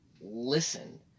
listen